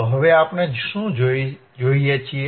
તો હવે આપણે શું જોઈએ છીએ